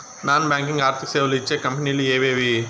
Non banking ఆర్థిక సేవలు ఇచ్చే కంపెని లు ఎవేవి?